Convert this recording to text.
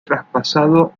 traspasado